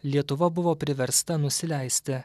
lietuva buvo priversta nusileisti